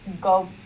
go